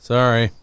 Sorry